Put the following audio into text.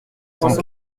cent